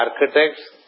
architects